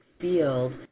field